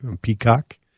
Peacock